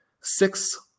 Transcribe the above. six